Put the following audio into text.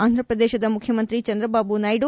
ಆಂಧ್ರ ಪ್ರದೇಶದ ಮುಖ್ಯಮಂತ್ರಿ ಚಂದ್ರಬಾಬು ನಾಯ್ನು